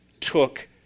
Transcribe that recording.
took